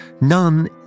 none